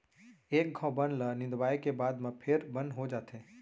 एक घौं बन ल निंदवाए के बाद म फेर बन हो जाथे